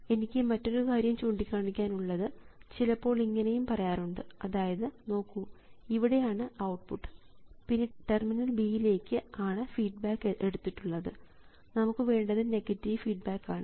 എനിക്ക് മറ്റൊരു കാര്യം ചൂണ്ടിക്കാണിക്കാൻ ഉള്ളത് ചിലപ്പോൾ ഇങ്ങനെയും പറയാറുണ്ട് അതായത് നോക്കൂ ഇവിടെയാണ് ഔട്ട്പുട്ട് പിന്നെ ടെർമിനൽ B ലേക്ക് ആണ് ഫീഡ്ബാക്ക് എടുത്തിട്ടുള്ളത് നമുക്ക് വേണ്ടത് നെഗറ്റീവ് ഫീഡ്ബാക്ക് ആണ്